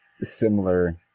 similar